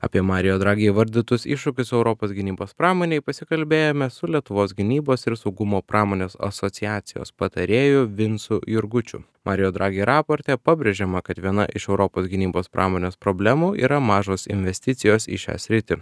apie marijo dragi įvardytus iššūkius europos gynybos pramonėj pasikalbėjome su lietuvos gynybos ir saugumo pramonės asociacijos patarėju vincu jurgučiu marijo dragi raporte pabrėžiama kad viena iš europos gynybos pramonės problemų yra mažos investicijos į šią sritį